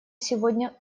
сегодня